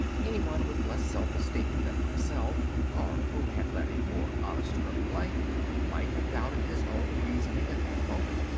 anyone with less self-esteem than myself or who had led a more honest early life might have doubted his own reasoning at that moment.